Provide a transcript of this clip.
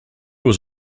was